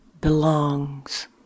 belongs